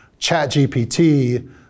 ChatGPT